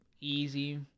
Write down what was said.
easy